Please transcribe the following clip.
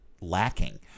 lacking